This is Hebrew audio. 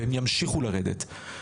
והם ימשיכו לרדת.